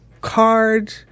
card